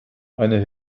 eine